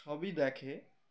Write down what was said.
সবই দেখে